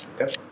Okay